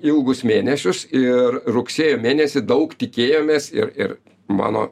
ilgus mėnesius ir rugsėjo mėnesį daug tikėjomės ir ir mano